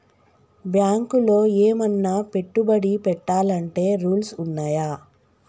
బ్యాంకులో ఏమన్నా పెట్టుబడి పెట్టాలంటే రూల్స్ ఉన్నయా?